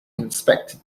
inspected